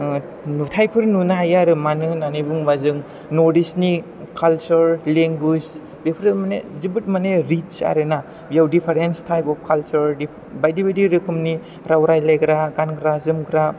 नुथाइफोर नुनो हायो आरो मानो होननानै बुङोबा जों नर्ट इस्टनि खालसार लिंगुइस बेफोर माने जोबोद माने रिस आरो ना बेयाव दिफारेन्ट टाइप अफ खालसार बायदि बायदि रोखोमनि राव रायलायग्रा गानग्रा जोमग्रा